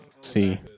See